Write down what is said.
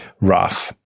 rough